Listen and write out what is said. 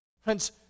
Friends